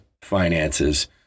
finances